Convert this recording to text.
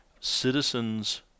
Citizens